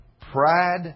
pride